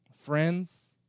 friends